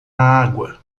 água